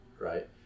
right